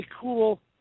cool